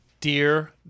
Dear